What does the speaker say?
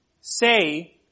say